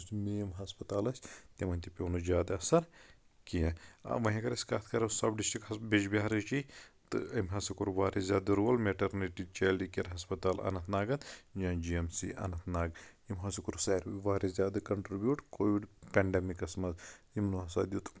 یُس مین ہسپتال ٲسۍ تِمن تہِ پیٚوو نہٕ زیادٕ اَثر کیٚنٛہہ وۄں اَگر أسۍ کَتھ کَرو سب ڈِسٹرکٹ ہٮسپتال بیجبہارٕچ تہٕ أمۍ ہسا کوٚر واریاہ زیادٕ رول میٹرنِٹی چیلڑٕ کیر ہسپتال اننت ناگَن and G M C Anantnag تٔمۍ ہسا کوٚر ساروٕے واریاہ زیادٕ کنٹربیوٗٹ کووِڈ پینڈیٚمِکس منٛز یِمو ہسا دیُت